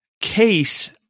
case